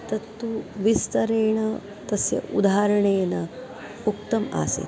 तत्तु विस्तरेण तस्य उदाहरणेन उक्तम् आसीत्